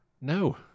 No